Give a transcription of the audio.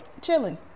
chilling